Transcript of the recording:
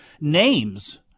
names